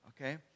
okay